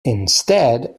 instead